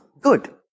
good